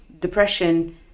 depression